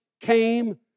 came